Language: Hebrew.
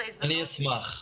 אני אשמח.